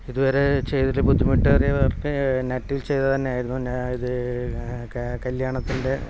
ഇതുവരെ ചെയ്തതിൽ ബുദ്ധിമുട്ടേറിയ വർക്ക് നെറ്റിൽ ചെയ്തതു തന്നെയായിരുന്നു അത് കല്യാണത്തിൻ്റെ